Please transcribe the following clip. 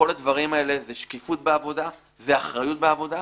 כל הדברים האלה זה שקיפות בעבודה ואחריות בעבודה.